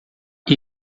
que